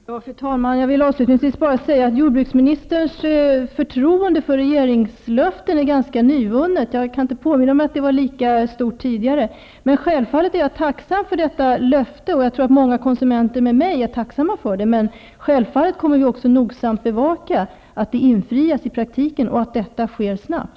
Fru talman! Jag vill avslutningsvis bara säga att jordbruksministerns förtroende för regeringslöften är ganska nyvunnet; jag kan inte påminna mig att det var lika stort tidigare. Självfallet är jag ändå tacksam för detta löfte, och jag tror att många konsumenter med mig är tacksamma för det. Naturligtvis kommer vi också att nogsamt bevaka att löftet infrias i praktiken och att detta sker snabbt.